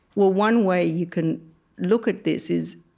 well, one way you can look at this is,